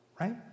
right